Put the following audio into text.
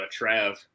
Trav